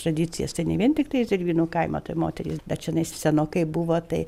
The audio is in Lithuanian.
tradicijas tai ne vien tiktai zervynų kaimo tai moterys bet čianai senokai buvo tai